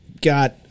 got